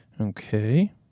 Okay